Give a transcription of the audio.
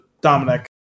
Dominic